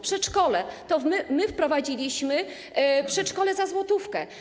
Przedszkole - to my wprowadziliśmy przedszkole za złotówkę.